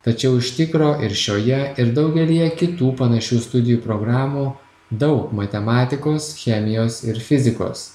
tačiau iš tikro ir šioje ir daugelyje kitų panašių studijų programų daug matematikos chemijos ir fizikos